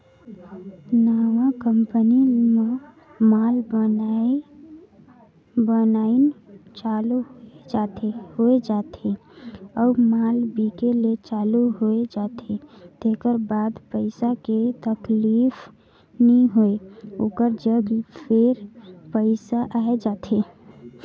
नवा कंपनी म माल बइन चालू हो जाथे अउ माल बिके ले चालू होए जाथे तेकर बाद पइसा के तकलीफ नी होय ओकर जग फेर पइसा आए जाथे